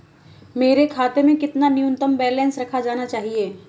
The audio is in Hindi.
मेरे खाते में कितना न्यूनतम बैलेंस रखा जाना चाहिए?